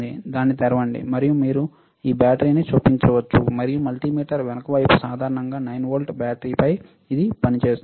దాన్ని తెరవండి మరియు మీరు బ్యాటరీని చొప్పించవచ్చు మరియు మల్టీమీటర్ వెనుక వైపు సాధారణంగా 9 వోల్ట్ బ్యాటరీపై ఇది పనిచేస్తుంది